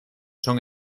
son